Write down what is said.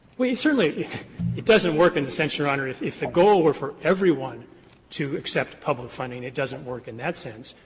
certainly it doesn't work in the sense, your honor, if if the goal were for everyone to accept public funding, it doesn't work in that sense.